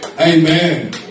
Amen